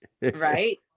Right